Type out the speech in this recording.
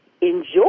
enjoy